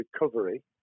recovery